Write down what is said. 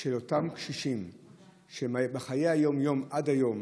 של אותו קשיש שבחיי היום-יום עד היום